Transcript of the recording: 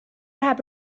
läheb